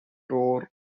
store